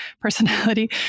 personality